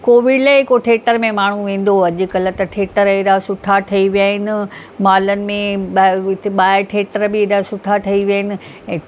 को विरले ई को ठेटर में माण्हूं वेंदो अॼुकल्ह त ठेटर अहिड़ा सुठा ठही विया आहिनि मालनि में ॿाहिरि हुते ॿाहिरि ठेटर बि एॾा सुठा ठही विया आहिनि ऐं